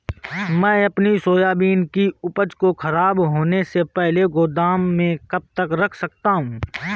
मैं अपनी सोयाबीन की उपज को ख़राब होने से पहले गोदाम में कब तक रख सकता हूँ?